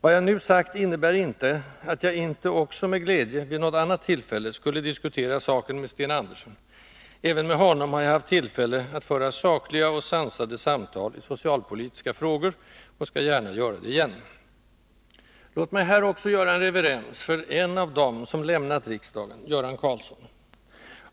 Vad jag nu sagt innebär inte att jag inte med glädje också vid något annat tillfälle skulle diskutera saken med Sten Andersson — även med honom har jag haft tillfälle att föra sakliga och sansade samtal i socialpolitiska frågor, och jag skall gärna göra det igen. Låt mig här också göra en reverens för en av dem som lämnat riksdagen: Göran Karlsson.